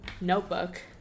notebook